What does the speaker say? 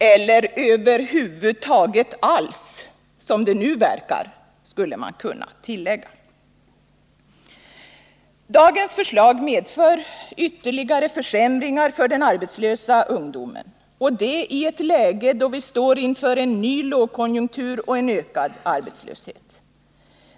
Eller över huvud taget alls, som det nu verkar, skulle man kunna tillägga. Dagens förslag medför ytterligare försämringar för den arbetslösa ungdomen, och det i ett läge då vi står inför en ny lågkonjunktur och en ökad arbetslöshet.